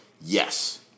yes